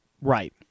Right